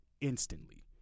instantly